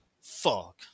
Fuck